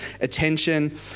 attention